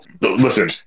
listen